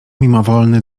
mimowolny